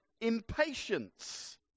impatience